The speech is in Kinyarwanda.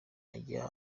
ajya